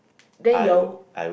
then your